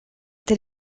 tel